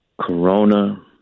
Corona